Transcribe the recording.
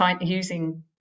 using